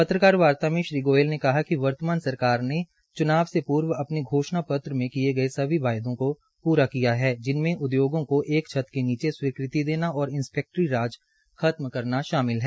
पत्रकार वार्ता में श्री विप्ल गोयल ने कहा कि वर्तमान सरकार ने च्नाव से पूर्व अपने घोषणापत्र में किये गए सभी वायदों को प्रा किया है जिसमें उद्योगों को एक छत के नीचे स्वीकृतियां देना और इंस्पेक्टरी राज खत्म करने का काम किया है